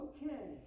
Okay